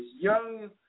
young